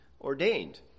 ordained